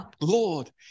Lord